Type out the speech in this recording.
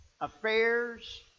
affairs